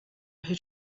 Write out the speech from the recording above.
who